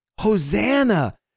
Hosanna